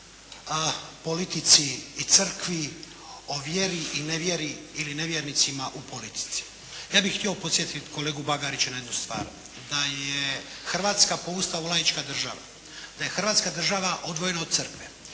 politici i crkvi, o vjeri i nevjeri ili nevjernicima u politici. Ja bih htio podsjetiti kolegu Bagarića na jednu stvar, da je Hrvatska po Ustavu laička država, da je Hrvatska Država odvojena od crkve